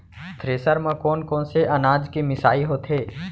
Thresher म कोन कोन से अनाज के मिसाई होथे?